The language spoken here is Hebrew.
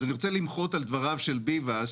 אז אני רוצה למחות על הדברים של ביבס,